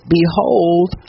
behold